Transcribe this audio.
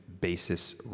basis